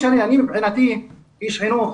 מבחינתי, איש חינוך,